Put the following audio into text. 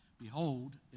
Behold